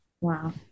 wow